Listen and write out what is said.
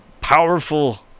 powerful